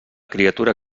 criatura